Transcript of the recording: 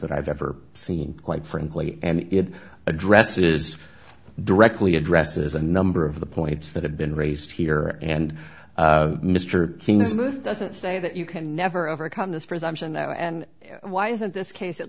that i've ever seen quite frankly and it addresses directly addresses a number of the points that have been raised here and mr heene is moved doesn't say that you can never overcome this presumption that why isn't this case at